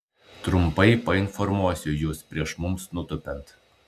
trumpai painformuosiu jus prieš mums nutūpiant